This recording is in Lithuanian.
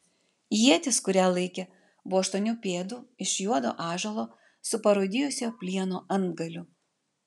ietis kurią laikė buvo aštuonių pėdų iš juodo ąžuolo su parūdijusio plieno antgaliu